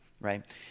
Right